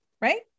right